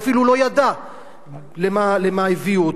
הוא אפילו לא ידע למה הביאו אותו.